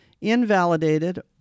invalidated